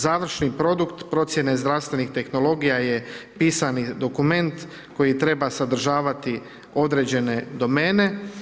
Završi produkt procjene zdravstvenih tehnologija je pisani dokument koji treba sadržavati određene domene.